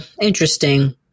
interesting